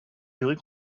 livrées